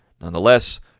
Nonetheless